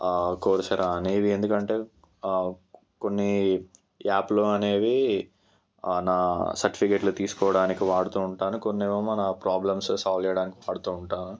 course అనేవి ఎందుకంటే కొన్ని యాప్లు అనేవి నా సర్టిఫికెట్లు తీసుకోవడానికి వాడుతూ ఉంటాను కొన్నేమో మన ప్రాబ్లమ్స్ సాల్వ్ చేయడానికి వాడుతూ ఉంటాను